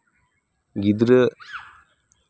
ᱜᱤᱫᱽᱨᱟᱹ